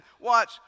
watch